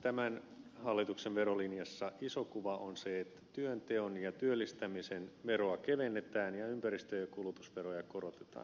tämän hallituksen verolinjassa iso kuva on se että työnteon ja työllistämisen veroa kevennetään ja ympäristö ja kulutusveroja korotetaan